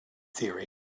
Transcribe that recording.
theory